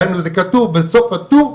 דהיינו זה כתוב בסוף הטור,